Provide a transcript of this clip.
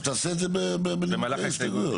תנמק במהלך ההסתייגויות.